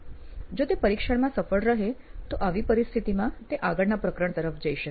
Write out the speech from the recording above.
જો તે પરીક્ષણમાં સફળ રહે તો આવી પરિસ્થિતિમાં તે આગળના પ્રકરણ તરફ જઈ શકે